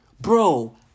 Bro